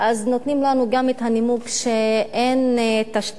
אז נותנים לנו גם את הנימוק שאין תשתיות,